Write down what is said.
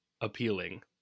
appealing